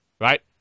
right